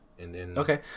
Okay